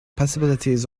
possibilities